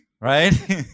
right